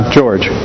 George